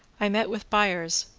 i met with buyers,